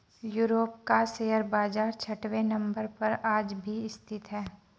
Europe का share बाजार छठवें नम्बर पर आज भी स्थित है